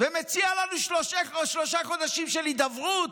ומציע לנו שלושה חודשים של הידברות,